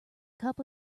cups